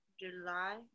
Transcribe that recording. July